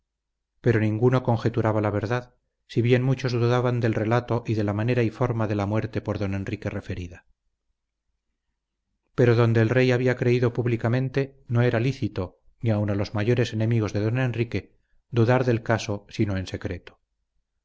pero ninguno conjeturaba la verdad si bien muchos dudaban del relato y de la manera y forma de la muerte por don enrique referida pero donde el rey había creído públicamente no era lícito ni aún a los mayores enemigos de don enrique dudar del caso sino en secreto